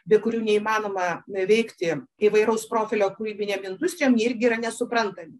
be kurių neįmanoma na veikti įvairaus profilio kūrybinėm industrijom jie irgi yra nesuprantami